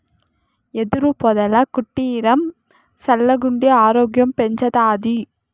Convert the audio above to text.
యెదురు పొదల కుటీరం సల్లగుండి ఆరోగ్యం పెంచతాది